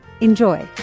Enjoy